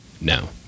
No